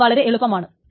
ഇതും വളരെ എളുപ്പമാണ്